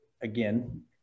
again